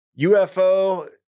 UFO